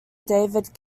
david